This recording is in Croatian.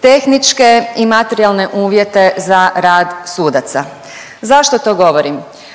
tehničke i materijalne uvjete za rad sudaca. Zašto to govorim?